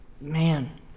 man